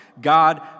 God